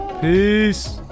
Peace